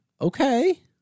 Okay